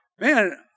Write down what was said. man